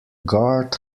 guard